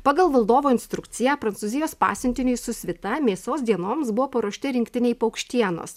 pagal valdovo instrukciją prancūzijos pasiuntiniui su svita mėsos dienoms buvo paruošti rinktiniai paukštienos